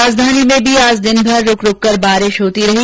राजधानी में भी आज दिनभर रूक रूककर बारिष होती रही